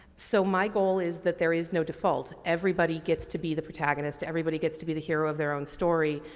so, my goal is that there is no default. everybody gets to be the protagonist, everybody gets to be the hero of their own story.